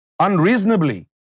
Unreasonably